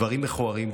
דברים מכוערים,